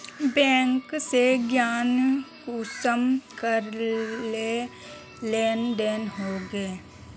Bank से ऋण कुंसम करे लेन देन होए?